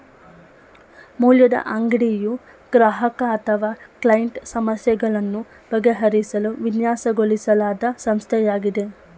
ಮೌಲ್ಯದ ಅಂಗಡಿಯು ಗ್ರಾಹಕ ಅಥವಾ ಕ್ಲೈಂಟ್ ಸಮಸ್ಯೆಗಳನ್ನು ಬಗೆಹರಿಸಲು ವಿನ್ಯಾಸಗೊಳಿಸಲಾದ ಸಂಸ್ಥೆಯಾಗಿದೆ